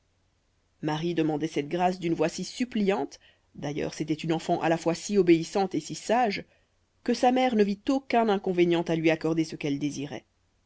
marie demandait cette grâce d'une voix si suppliante d'ailleurs c'était une enfant à la fois si obéissante et si sage que sa mère ne vit aucun inconvénient à lui accorder ce qu'elle désirait